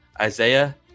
Isaiah